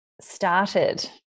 started